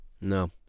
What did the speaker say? no